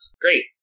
Great